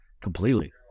completely